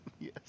Yes